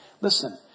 Listen